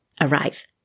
arrive